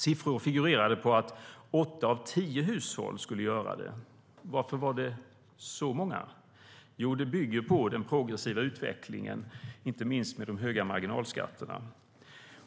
Siffror figurerade på att åtta av tio hushåll skulle göra det. Varför var det så många? Jo, det bygger på den progressiva utvecklingen inte minst med de höga marginalskatterna.